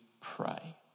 pray